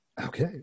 Okay